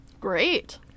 great